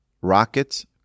rockets